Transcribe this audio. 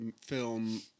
film